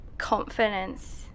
Confidence